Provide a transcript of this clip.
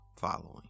following